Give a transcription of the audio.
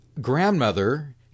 grandmother